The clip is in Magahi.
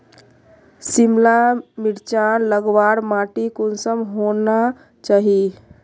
सिमला मिर्चान लगवार माटी कुंसम होना चही?